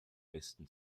besten